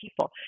people